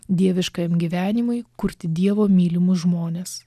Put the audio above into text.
dieviškajam gyvenimui kurti dievo mylimus žmones